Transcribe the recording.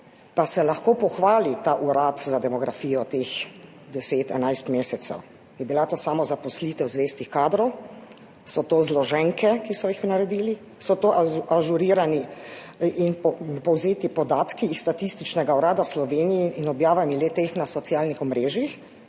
pa se lahko pohvali Urad za demografijo v teh 10, 11 mesecih? Ali je bila to samo zaposlitev zvestih kadrov? So to zloženke, ki so jih naredili, so to ažurirani in povzeti podatki iz Statističnega urada Slovenije in objave le-teh na socialnih omrežjih?